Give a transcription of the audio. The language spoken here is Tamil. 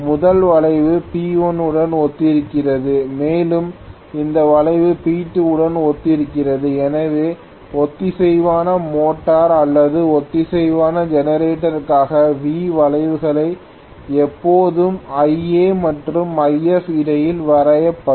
முதல் வளைவு P1 உடன் ஒத்திருக்கிறது மேலும் இந்த வளைவு P2 உடன் ஒத்திருக்கிறது எனவே ஒத்திசைவான மோட்டார் அல்லது ஒத்திசைவான ஜெனரேட்டருக்கான V வளைவுகள் எப்போதும் Ia மற்றும் If இடையில் வரையப்படும்